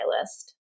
list